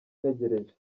ntegereje